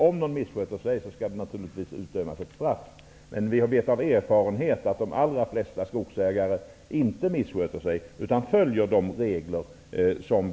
Om någon missköter sig skall det naturligtvis utdömas ett straff, men vi vet av erfarenhet att de allra flesta skogsägare inte missköter sig utan följer reglerna.